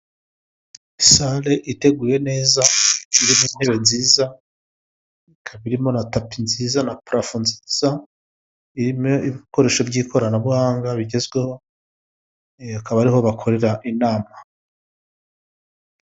Sale iteguye neza, irimo intebe nziza, ikaba irimo na tapi nziza na parafo nziza, irimo ibikoresho by'ikoranabuhanga bigezweho, akaba ari ho bakorera inama.